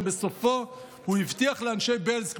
ובסופו הוא הבטיח לאנשי בעלז,